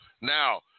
Now